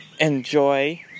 enjoy